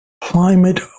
climate